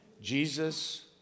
Jesus